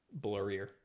blurrier